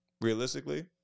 Realistically